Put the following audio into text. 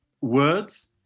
words